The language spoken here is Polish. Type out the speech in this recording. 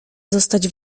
zostać